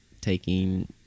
taking